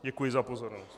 Děkuji za pozornost.